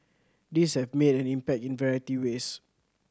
these have made an impact in variety ways